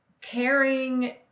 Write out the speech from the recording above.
caring